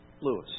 Lewis